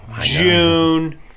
June